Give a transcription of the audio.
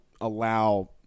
allow